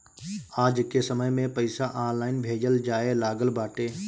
आजके समय में पईसा ऑनलाइन भेजल जाए लागल बाटे